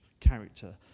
character